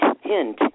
hint